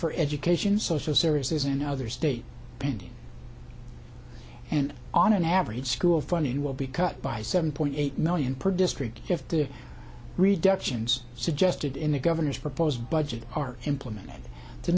for education social services and other state pending and on an average school funding will be cut by seven point eight million per district if the reductions suggested in the governor's proposed budget are implement